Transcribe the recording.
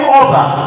others